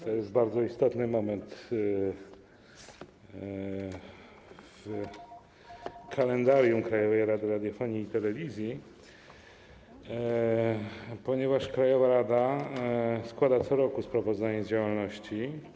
To jest bardzo istotny moment w kalendarium Krajowej Rady Radiofonii i Telewizji, ponieważ krajowa rada składa co roku sprawozdanie z działalności.